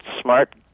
smart